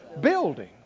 building